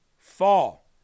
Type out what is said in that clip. fall